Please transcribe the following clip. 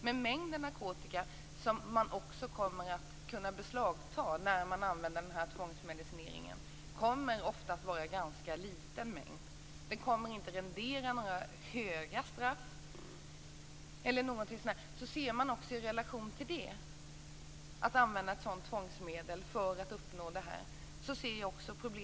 Men mängden narkotika som man kommer att kunna beslagta när man använder den här tvångsmedicineringen kommer ofta att vara ganska liten. Den kommer inte att rendera några högra straff. Man får också se på den relationen. Jag ser problem med att använda ett sådant här tvångsmedel för att uppnå detta.